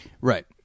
Right